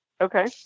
Okay